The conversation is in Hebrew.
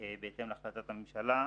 בהתאם להחלטת הממשלה.